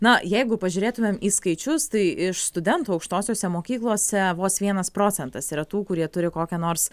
na jeigu pažiūrėtumėm į skaičius tai iš studentų aukštosiose mokyklose vos vienas procentas yra tų kurie turi kokią nors